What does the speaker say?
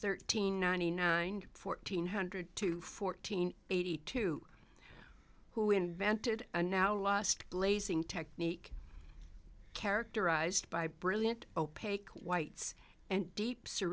thirteen ninety nine fourteen hundred two fourteen eighty two who invented a now last blazing technique characterized by brilliant opaque whites and deep s